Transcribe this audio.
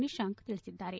ನಿಶಾಂಕ್ ತಿಳಿಸಿದ್ದಾರೆ